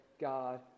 God